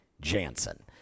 Jansen